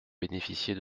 bénéficier